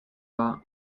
war